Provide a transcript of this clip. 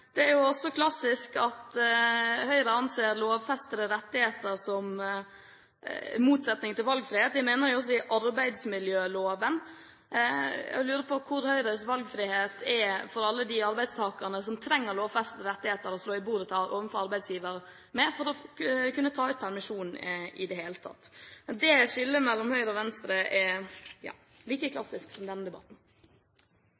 Det er jo også klassisk at Høyre ser lovfestede rettigheter som en motsetning til valgfrihet – de mener også i arbeidsmiljøloven. Jeg lurer på hvor Høyres valgfrihet er for alle de arbeidstakerne som trenger lovfestede rettigheter til å slå i bordet med overfor arbeidsgiver for i det hele tatt å kunne ta ut permisjon. Det skillet mellom høyre og venstre er like